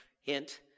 Hint